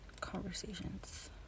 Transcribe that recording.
conversations